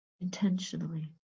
intentionally